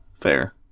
Fair